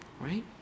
right